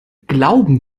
glauben